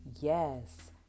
yes